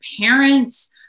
parents